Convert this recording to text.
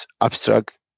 abstract